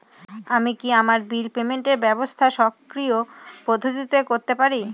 আমি কি আমার বিল পেমেন্টের ব্যবস্থা স্বকীয় পদ্ধতিতে করতে পারি?